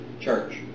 church